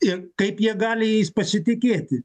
ir kaip jie gali jais pasitikėti